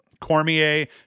Cormier